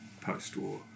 post-war